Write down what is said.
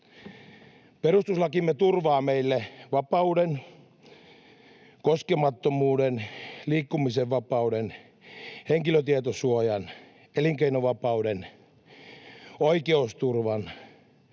Perustuslakimme turvaa meille vapauden, koskemattomuuden, liikkumisen vapauden, henkilötietosuojan, elinkeinovapauden, oikeusturvan